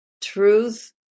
Truth